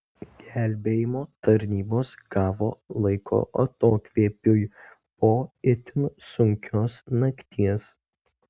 gelbėjimo tarnybos gavo laiko atokvėpiui po itin sunkios nakties